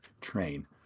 Train